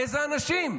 איזה אנשים?